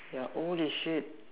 ya holy shit